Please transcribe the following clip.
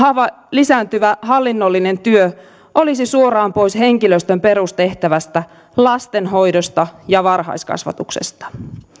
lisääntyvä hallinnollinen työ olisi suoraan pois henkilöstön perustehtävästä lastenhoidosta ja varhaiskasvatuksesta